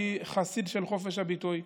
אני חסיד של חופש הביטוי,